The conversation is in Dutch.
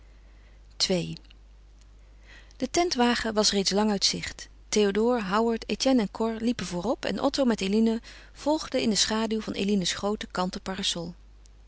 ii de tentwagen was reeds lang uit zicht théodore howard etienne en cor liepen voorop en otto met eline volgden in de schaduw van eline's groote kanten parasol